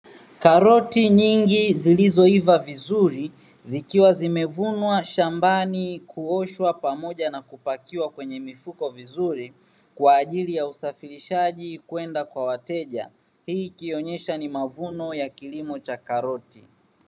Karoti nyingi zilizoiva vizuri zikiwa zimevunwa shambani, kuoshwa pamoja na kupakiwa kwenye mifuko mizuri. Kwa ajili ya usafirishaji kwenda kwa wateja hii ikionyesha ni mavuno ya kilimo cha karoti.